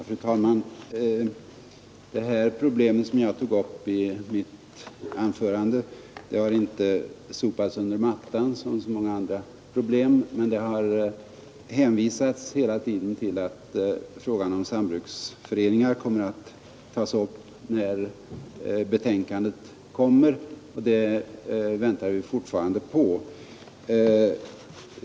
Fru talman! Det problem jag tog upp i mitt anförande har inte sopats under mattan som så många andra problem, men man har hela tiden hänvisat till att frågan om sambruksföreningar kommer att tas upp när betänkandet kommer, och detta väntar vi fortfarande på.